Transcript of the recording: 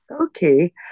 Okay